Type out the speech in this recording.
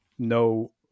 No